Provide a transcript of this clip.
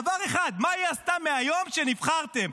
דבר אחד, מה היא עשתה מהיום שנבחרתם?